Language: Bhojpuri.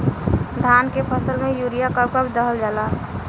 धान के फसल में यूरिया कब कब दहल जाला?